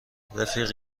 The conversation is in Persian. رفیق